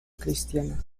cristiana